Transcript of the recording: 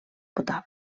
potable